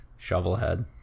Shovelhead